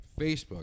facebook